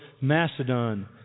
Macedon